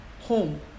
home